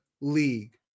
league